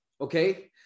okay